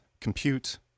compute